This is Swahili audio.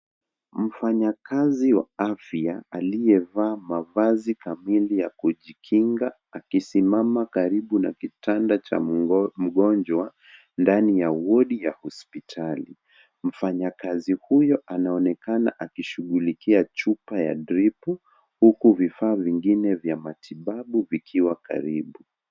Mfanyakazi wa afya aliyevaa mavazi kamili ya kujikinga akisimama karibu na kitanda cha mgonjwa ndani ya wodi ya hospitali. Mfanyakazi huyo anaonekana akishughulikia chupa ya dripu, huku vifaa vingine vya matibabu vikiwa karibu.